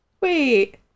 Wait